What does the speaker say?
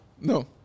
No